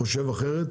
חושב אחרת,